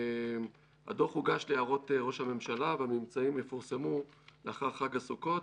הדוח הוגש להערות ראש הממשלה והממצאים יפורסמו לאחר חג סוכות.